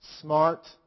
smart